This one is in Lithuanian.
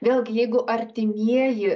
vėlgi jeigu artimieji